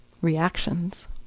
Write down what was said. reactions